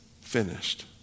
finished